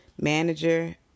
manager